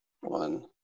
one